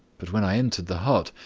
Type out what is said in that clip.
but when i entered the hut,